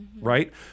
right